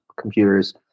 computers